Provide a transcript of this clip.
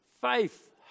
faith